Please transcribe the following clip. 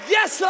Yes